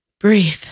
Breathe